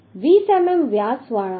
20 મીમી વ્યાસવાળા 8